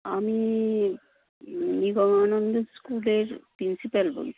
আমি নিগমানন্দ স্কুলের প্রিন্সিপাল বলছি